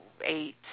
eight